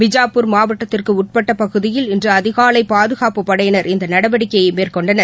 பிஜாப்பூர் மாவட்டத்திற்குஉட்பட்டபகுதியில் இன்றுஅதிகாலைபாதுகாப்புப்படையினர் இந்தநடவடிக்கையைமேற்கொண்டனர்